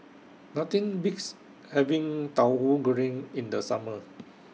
Nothing Beats having Tahu Goreng in The Summer